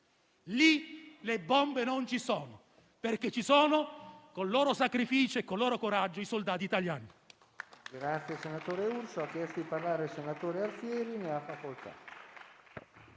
Lì le bombe non ci sono, perché ci sono, con il loro sacrificio e il loro coraggio, i soldati italiani.